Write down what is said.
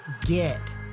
get